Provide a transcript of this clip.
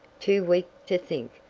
too weak to think,